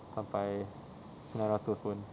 sampai sembilan ratus pun